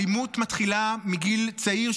האלימות מתחילה מגיל צעיר,